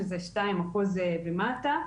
שזה שני אחוז ומטה.